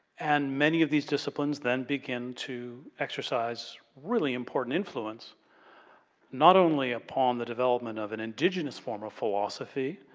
and many of these disciplines then begin to exercise really important influence not only upon the development of an indigiounes form of philosophy,